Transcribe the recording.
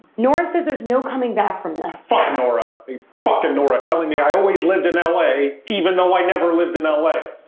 nora says there's no coming back from the fact nora and but nora telling me i always lived in l a, even though i never lived in a way.